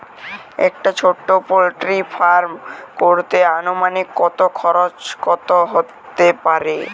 একটা ছোটো poultry farm করতে আনুমানিক কত খরচ কত হতে পারে?